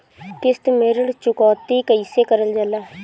किश्त में ऋण चुकौती कईसे करल जाला?